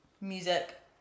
music